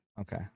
Okay